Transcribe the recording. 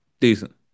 Decent